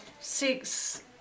six